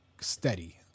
steady